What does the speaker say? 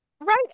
right